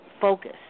focus